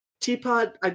Teapot